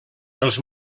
els